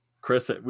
Chris